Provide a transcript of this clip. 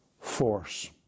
force